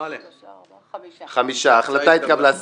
ההחלטה התקבלה.